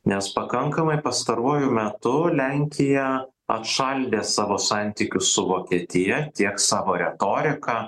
nes pakankamai pastaruoju metu lenkija atšaldė savo santykius su vokietija tiek savo retoriką